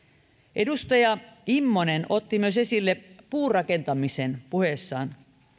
edustaja immonen otti esille myös puurakentamisen puheessaan